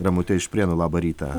ramute iš prienų labą rytą